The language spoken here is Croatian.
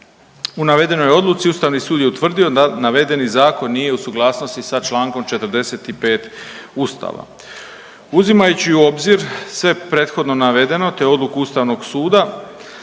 U navedenoj Odluci Ustavni sud je utvrdio da navedeni zakon nije u suglasnosti za čl. 45. Ustava. Uzimajući u obzir sve prethodno navedeno te odluku Ustavnog suda